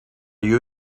you